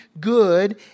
good